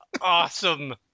Awesome